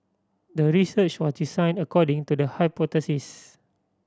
the research was designed according to the hypothesis